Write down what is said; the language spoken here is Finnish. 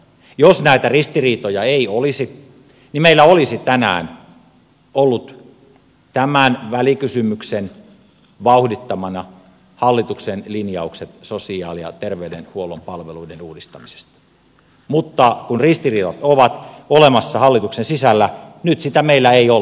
jos näitä ristiriitoja ei olisi niin meillä olisi tänään ollut tämän välikysymyksen vauhdittamana hallituksen linjaukset sosiaali ja terveydenhuollon palveluiden uudistamisesta mutta kun ristiriidat ovat olemassa hallituksen sisällä nyt niitä ei meillä ole